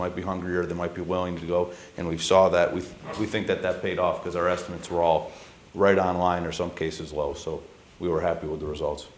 might be hungry or they might be willing to go and we saw that we think we think that that paid off because our estimates were all right on line or some cases well so we were happy with the results